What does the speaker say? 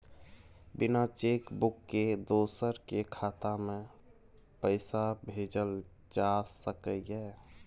बिना cheque book के दोसर के खाता में पैसा भेजल जा सकै ये?